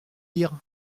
lire